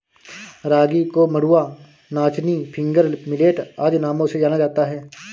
रागी को मंडुआ नाचनी फिंगर मिलेट आदि नामों से जाना जाता है